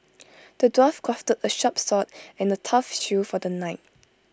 the dwarf crafted A sharp sword and A tough shield for the knight